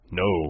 no